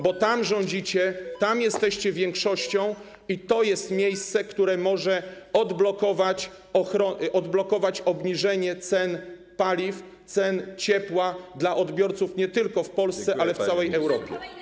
Bo tam rządzicie, tam jesteście większością i to jest miejsce, które może odblokować obniżenie cen paliw, cen ciepła dla odbiorców nie tylko w Polsce, lecz także w całej Europie.